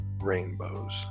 rainbows